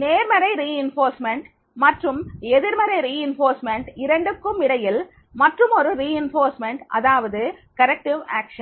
நேர்மறை வலுவூட்டல் மற்றும் எதிர்மறை வலுவூட்டல் இரண்டுக்குமிடையில் மற்றுமொரு வலுவூட்டல் அதாவது திருத்தம் நடவடிக்கை